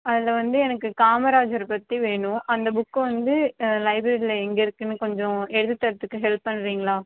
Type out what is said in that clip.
அதில் வந்து எனக்கு காமராஜர் பற்றி வேணும் அந்த புக்கு வந்து லைப்ரரியில் எங்கே இருக்குதுன்னு கொஞ்சம் எடுத்து தரத்துக்கு ஹெல்ப் பண்ணுறீங்களா